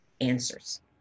answers